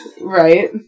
Right